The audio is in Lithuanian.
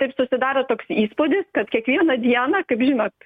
taip susidaro toks įspūdis kad kiekvieną dieną kaip žinot